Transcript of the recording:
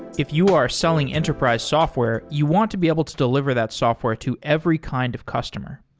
if you are selling enterprise software, you want to be able to deliver that software to every kind of customer.